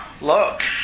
Look